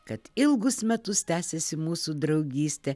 kad ilgus metus tęsiasi mūsų draugystė